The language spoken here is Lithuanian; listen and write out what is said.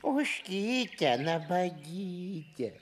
ožkyte nabagyte